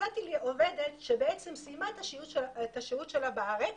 מצאתי עובדת שבעצם סיימה את השהות שלה בארץ